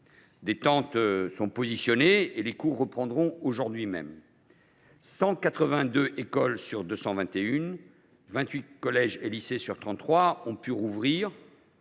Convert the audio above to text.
Des tentes y sont installées et les cours reprendront aujourd’hui même. Ainsi, 182 écoles sur 221 et 28 collèges et lycées sur 33 ont pu rouvrir.